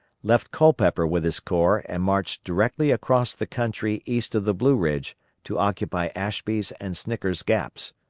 left culpeper with his corps and marched directly across the country east of the blue ridge to occupy ashby's and snicker's gaps.